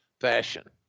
fashion